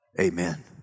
Amen